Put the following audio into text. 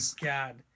god